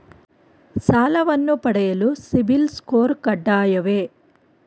ಸಾಲವನ್ನು ಪಡೆಯಲು ಸಿಬಿಲ್ ಸ್ಕೋರ್ ಕಡ್ಡಾಯವೇ?